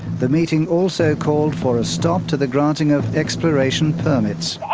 the meeting also called for a stop to the granting of exploration permits.